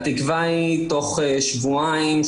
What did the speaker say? התקווה היא תוך שבועיים,